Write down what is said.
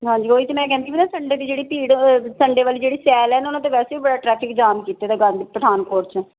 ਹਾਂਜੀ ਉਹੀ ਤਾਂ ਮੈਂ ਕਹਿੰਦੀ ਪਈ ਨਾ ਸੰਡੇ ਦੀ ਜਿਹੜੀ ਭੀੜ ਸੰਡੇ ਵਾਲੀ ਜਿਹੜੀ ਸੈਲ ਹੈ ਨਾ ਉਹਨੇ ਤੇ ਵੈਸੇ ਬੜਾ ਟਰੈਫ਼ਿਕ ਜਾਮ ਕੀਤੇ ਦੈ ਪਠਾਨਕੋਟ 'ਚ